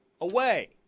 away